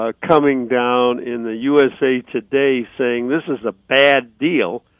ah coming down in the usa today saying this is a bad deal,